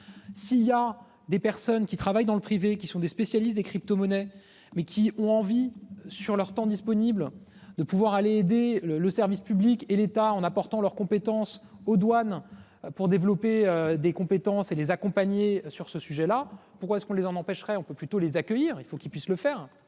Si il y a des personnes qui travaillent dans le privé, qui sont des spécialistes des cryptomonnaies mais qui ont envie, sur leur temps disponible de pouvoir aller aider le le service public et l'État en apportant leurs compétences aux douanes pour développer des. Attends c'est les accompagner sur ce sujet-là, pourquoi est-ce qu'on les en empêcherait. On peut plutôt les accueillir, il faut qu'il puisse le faire.